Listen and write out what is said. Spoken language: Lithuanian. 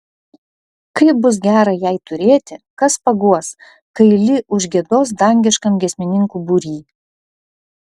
kaip bus gera jai turėti kas paguos kai li užgiedos dangiškam giesmininkų būry